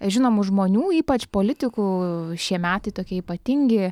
žinomų žmonių ypač politikų šie metai tokie ypatingi